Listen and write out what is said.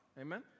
Amen